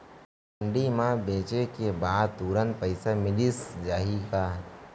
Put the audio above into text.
मंडी म बेचे के बाद तुरंत पइसा मिलिस जाही?